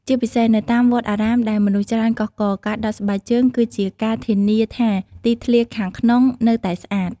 ជាពិសេសនៅតាមវត្តអារាមដែលមនុស្សច្រើនកុះករ ការដោះស្បែកជើងគឺជាការធានាថាទីធ្លាខាងក្នុងនៅតែស្អាត។